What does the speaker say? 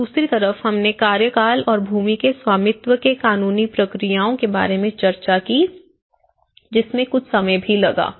और दूसरी तरफ हमने कार्यकाल और भूमि के स्वामित्व के कानूनी प्रक्रियाओं के बारे में चर्चा की जिसमें कुछ समय भी लगा